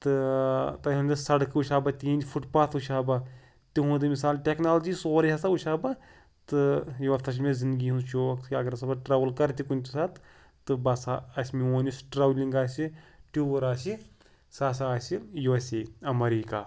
تہٕ تُہٕز سڑکہٕ وٕچھ ہا بہٕ تِہِنٛدۍ فُٹ پاتھ وٕچھ ہا بہٕ تِہُنٛدُے مِثال ٹیکنالجی سورُے ہَسا وٕچھ ہا بہٕ تہٕ یہِ ہَسا چھِ مےٚ زِندگی ہُنٛد شوق کہِ اگر ہَسا بہٕ ٹرٛیوٕل کَرٕ تہِ کُنہِ تہِ ساتہٕ تہٕ بہٕ ہَسا اَسہِ میون یُس ٹرٛیولِنٛگ آسہِ ٹیوٗر آسہِ سُہ ہَسا آسہِ یوٗ اٮ۪س اے اَمریٖکہ